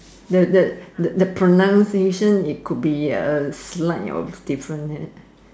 the the the pronunciation it could be a slight of different there